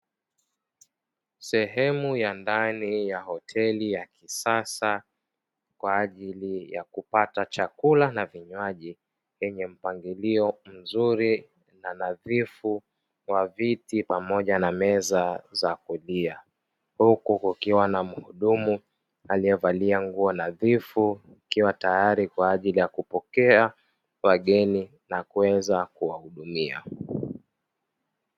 Sehemu ya ndani ya hoteli ya kisasa kwa ajili ya kupata chakula na vinywaji, yenye mpangilio mzuri na nadhifu na viti pamoja na meza za kulia; huku kukiwa na mhudumu aliyevalia nguo nadhifu tayali kwa ajili ya kupokea wageni na kuweza kuwahudumia.